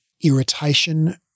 irritation